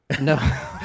No